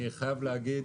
אני חייב להגיד